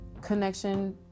connection